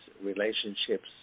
relationships